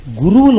guru